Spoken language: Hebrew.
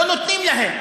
לא נותנים להם.